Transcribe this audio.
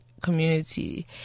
community